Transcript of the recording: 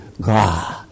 God